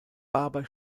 barber